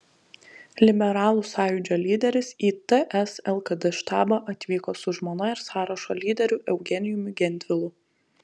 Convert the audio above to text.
liberalų sąjūdžio lyderis į ts lkd štabą atvyko su žmona ir sąrašo lyderiu eugenijumi gentvilu